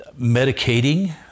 medicating